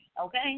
okay